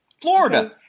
Florida